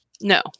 No